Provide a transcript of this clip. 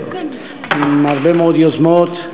עם הרבה מאוד יוזמות,